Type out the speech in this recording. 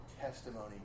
testimony